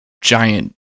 giant